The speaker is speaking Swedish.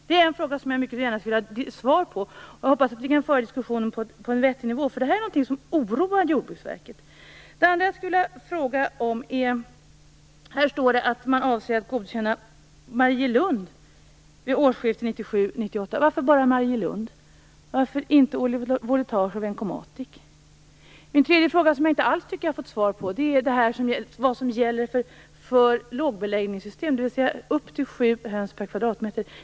Det är en fråga som jag mycket gärna skulle vilja ha svar på. Jag hoppas att vi kan föra diskussionen på en vettig nivå, för det här är något som oroar Den andra frågan jag skulle vilja ställa beror på att det står i svaret att man avser att godkänna Marielund vid årsskiftet 1997/98. Varför bara Marielund? Varför inte Oli-Voletage och Vencomatic? Min tredje fråga, som jag inte alls tycker att jag har fått svar på, är vad som gäller för lågbeläggningssystem, dvs. upp till sju höns per kvadratmeter.